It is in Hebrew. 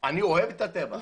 אני אוהב את הטבע,